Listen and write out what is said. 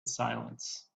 silence